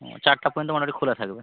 ও চারটা পর্যন্ত মোটামুটি খোলা থাকবে